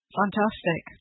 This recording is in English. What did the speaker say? fantastic